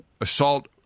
assault